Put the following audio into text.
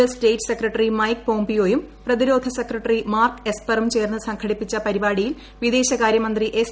S state secretary Mike പോംപിയോയും പ്രതിരോധ secretary Mark എസ്പറും ചേർന്ന് സംഘടിപ്പിച്ച പരിപാടിയിൽ വിദേശകാര്യമന്ത്രി എസ്